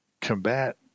combat